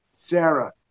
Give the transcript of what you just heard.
Sarah